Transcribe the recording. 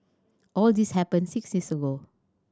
all this happened six years ago